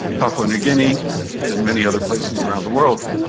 papua new guinea and many other places around the world.